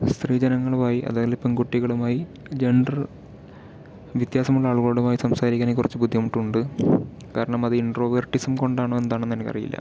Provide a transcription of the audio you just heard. സ്ത്രീ ജനങ്ങളുമായി അതായത് പെൺകുട്ടികളുമായി ജൻഡർ വ്യത്യാസമുള്ള ആളുകളോടുമായി സംസാരിക്കുന്നതിന് കുറച്ച് ബുദ്ധിമുട്ടുണ്ട് കാരണം അത് ഇന്ട്രോവെർട്ടിസം കൊണ്ടാണോ എന്താണന്ന് എനിക്കറിയില്ല